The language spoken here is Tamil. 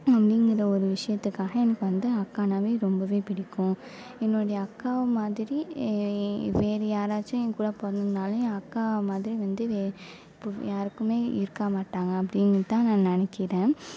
அப்படிங்குற ஒரு விஷயத்துக்காக எனக்கு வந்து அக்கானாவே ரொம்பவே பிடிக்கும் என்னோடய அக்கா மாதிரி வேற யாரச்சும் என்கூட பிறந்து இருந்தாலும் என் அக்கா மாதிரி வந்து யாருக்குமே இருக்க மாட்டாங்க அப்படின்னு தான் நினைக்கிறேன்